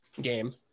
game